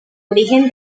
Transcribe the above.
origen